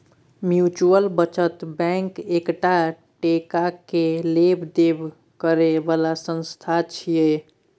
mutual बचत bank एकटा टका के लेब देब करे बला संस्था छिये